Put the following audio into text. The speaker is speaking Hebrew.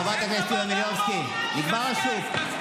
חברת הכנסת יוליה מלינובסקי, נגמר השוק.